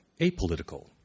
apolitical